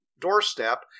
doorstep